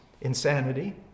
insanity